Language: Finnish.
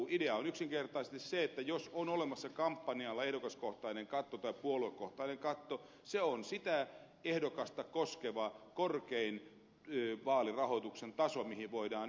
idea on yksinkertaisesti se että jos on olemassa kampanjalla ehdokaskohtainen katto tai puoluekohtainen katto se on sitä ehdokasta koskeva korkein vaalirahoituksen taso mihin voidaan yltää